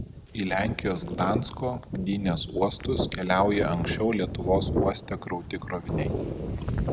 į lenkijos gdansko gdynės uostus keliauja anksčiau lietuvos uoste krauti kroviniai